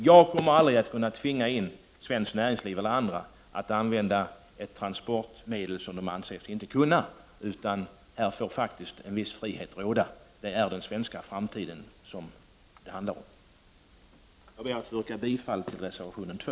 Jag kommer aldrig att kunna tvinga svenskt näringsliv eller andra att använda ett transportmedel som man anser sig inte kunna använda. Här får faktiskt en viss frihet råda. Det handlar om den svenska framtiden. Jag ber att få yrka bifall till reservation 2.